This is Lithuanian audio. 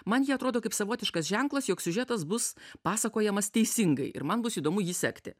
man jie atrodo kaip savotiškas ženklas jog siužetas bus pasakojamas teisingai ir man bus įdomu jį sekti